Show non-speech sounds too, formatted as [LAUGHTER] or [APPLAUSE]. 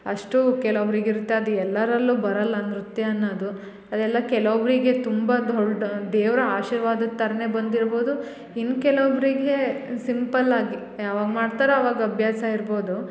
ಅಷ್ಟು ಕೆಲೊಬ್ರಿಗೆ ಇರ್ತೆ ಅದು ಎಲ್ಲರಲ್ಲು ಬರಲ್ಲ ನೃತ್ಯ ಅನ್ನದು ಅದೆಲ್ಲ ಕೆಲೊಬ್ಬರಿಗೆ ತುಂಬ [UNINTELLIGIBLE] ದೇವರ ಆಶೀರ್ವಾದದ ಥರ್ನೆ ಬಂದಿರ್ಬೋದು ಇನ್ನ ಕೆಲೊಬ್ಬರಿಗೆ ಸಿಂಪಲ್ಲಾಗಿ ಯಾವಾಗ ಮಾಡ್ತಾರೋ ಆವಾಗ ಅಭ್ಯಾಸ ಇರ್ಬೋದು